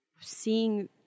seeing